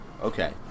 Okay